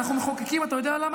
אנחנו מחוקקים, אתה יודע למה?